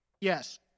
yes